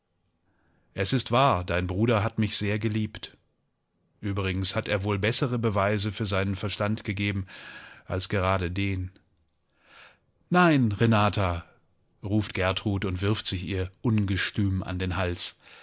es ist wahr dein bruder hat mich sehr geliebt übrigens hat er wohl bessere beweise für seinen verstand gegeben als gerade den nein renata ruft gertrud und wirft sich ihr ungestüm an den hals